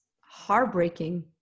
heartbreaking